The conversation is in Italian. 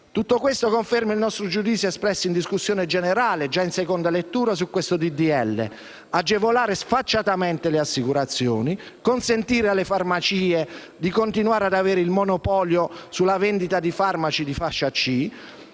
Tutto questo conferma il nostro giudizio espresso in discussione generale già in seconda lettura su questo disegno di legge: agevolare sfacciatamente le assicurazioni, consentire alle farmacie di continuare ad avere il monopolio sulla vendita di farmaci di fascia C,